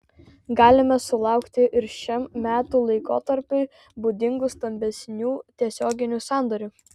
galime sulaukti ir šiam metų laikotarpiui būdingų stambesnių tiesioginių sandorių